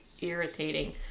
irritating